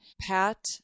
Pat